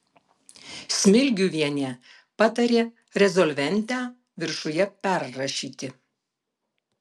smilgiuvienė patarė rezolventę viršuje perrašyti